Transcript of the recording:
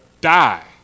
die